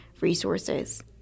resources